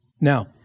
Now